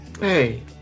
Hey